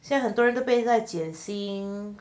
现在很多人都背在被减薪